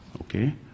okay